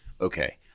okay